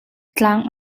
tlang